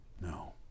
no